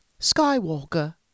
Skywalker